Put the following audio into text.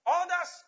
others